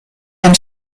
ein